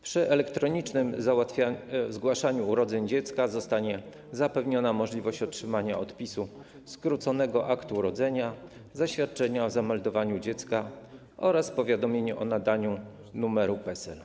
Przy elektronicznym zgłaszaniu urodzenia dziecka zostanie zapewniona możliwość otrzymania odpisu skróconego aktu urodzenia, zaświadczenia o zameldowaniu dziecka oraz powiadomienia o nadaniu nr PESEL.